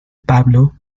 pablo